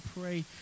pray